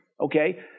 Okay